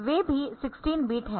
वे भी 16 बिट है